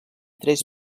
tres